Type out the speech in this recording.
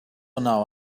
now